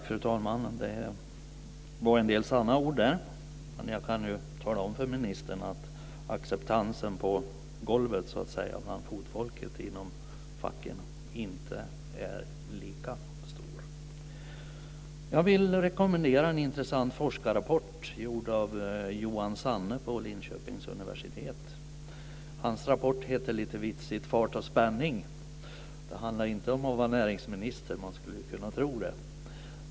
Fru talman! Det var en del sanna ord. Men jag kan tala om för ministern att acceptansen på golvet, bland fotfolket inom facken, inte är lika stor. Jag vill rekommendera en intressant forskarrapport gjord av Johan Sanne på Linköpings universitet. Hans rapport heter lite vitsigt Fart och spänning. Det handlar inte om att vara näringsminister; man skulle kunna tro det.